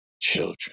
Children